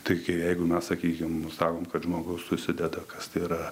taigi jeigu mes sakykim nustatom kad žmogus susideda kas tai yra